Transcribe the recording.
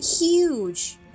Huge